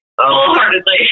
wholeheartedly